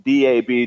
DAB